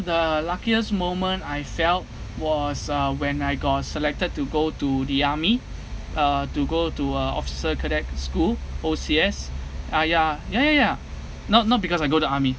the luckiest moment I felt was uh when I got selected to go to the army uh to go to a officer cadet school O_C_S ah ya ya ya ya not not because I go to army